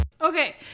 Okay